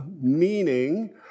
meaning